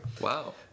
Wow